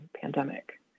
pandemic